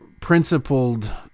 principled